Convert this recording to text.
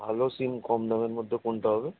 ভালো সিম কম দামের মধ্যে কোনটা হবে